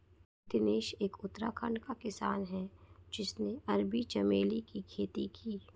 दिनेश एक उत्तराखंड का किसान है जिसने अरबी चमेली की खेती की